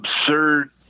absurd